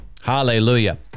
Hallelujah